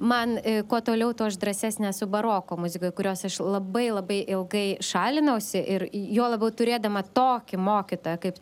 man kuo toliau tuo aš drąsesnė esu baroko muzikoj kurios aš labai labai ilgai šalinausi ir juo labiau turėdama tokį mokytoją kaip